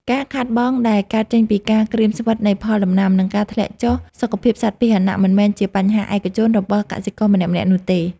ការខាតបង់ដែលកើតចេញពីការក្រៀមស្វិតនៃផលដំណាំ និងការធ្លាក់ចុះសុខភាពសត្វពាហនៈ មិនមែនជាបញ្ហាឯកជនរបស់កសិករម្នាក់ៗនោះទេ។